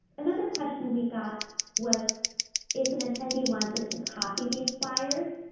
another question we got was if an attendee wanted to copy these flyers,